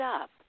up